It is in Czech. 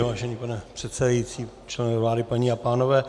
Vážený pane předsedající, členové vlády, paní a pánové.